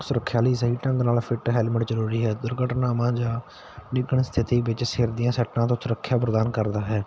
ਸੁਰੱਖਿਆ ਲਈ ਸਹੀ ਢੰਗ ਨਾਲ ਫਿੱਟ ਹੈਲਮੇਟ ਜ਼ਰੂਰੀ ਹੈ ਦੁਰਘਟਨਾਵਾਂ ਜਾਂ ਡਿੱਗਣ ਸਥਿਤੀ ਵਿੱਚ ਸਿਰ ਦੀਆਂ ਸੱਟਾਂ ਤੋਂ ਸੁਰੱਖਿਆ ਪ੍ਰਦਾਨ ਕਰਦਾ ਹੈ